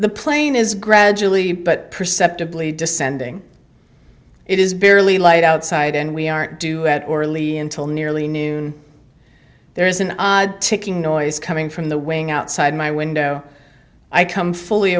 the plane is gradually but perceptibly descending it is barely light outside and we aren't do at orlean till nearly noon there is an odd ticking noise coming from the wing outside my window i come fully